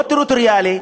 לא טריטוריאלי,